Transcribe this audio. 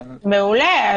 מעולה.